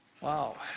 Wow